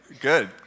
Good